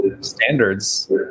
standards